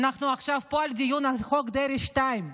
אנחנו עכשיו פה בדיון על חוק דרעי 2,